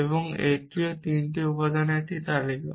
এবং এটিও 3টি উপাদানের একটি তালিকা